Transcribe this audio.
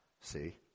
see